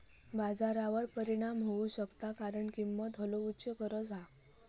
बाजारावर परिणाम होऊ शकता कारण किंमत हलवूची गरज हा